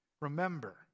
Remember